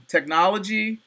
Technology